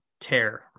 tear